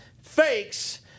fakes